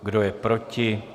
Kdo je proti?